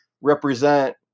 represent